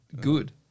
good